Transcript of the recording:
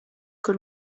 kur